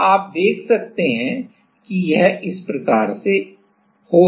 तो आप देख सकते हैं कि यह इस प्रकार है